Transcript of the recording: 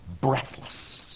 breathless